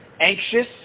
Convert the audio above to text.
anxious